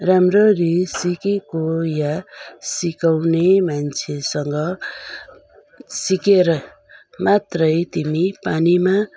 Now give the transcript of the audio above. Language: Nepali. राम्ररी सिकेको या सिकाउने मान्छेसँग सिकेर मात्रै तिमी पानीमा